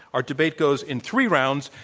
our debate goes in three rounds.